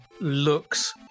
looks